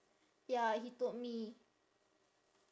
ya he told me